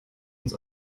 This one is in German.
ans